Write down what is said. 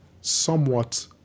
somewhat